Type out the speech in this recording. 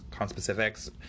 conspecifics